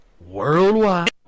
worldwide